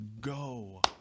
go